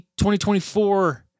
2024